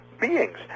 beings